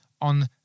on